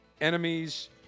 enemies